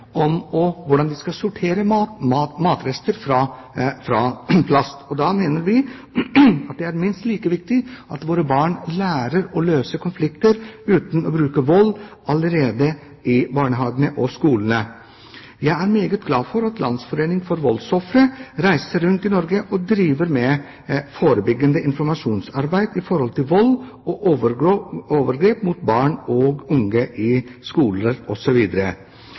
om hvordan de skal sortere matrester fra plast. Vi mener det er minst like viktig at våre barn lærer å løse konflikter uten å bruke vold allerede i barnehagen og skolen. Jeg er meget glad for at Landsforeningen for Voldsofre reiser rundt på skoler osv. i Norge og driver med forebyggende informasjonsarbeid om vold og overgrep mot barn og unge.